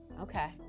Okay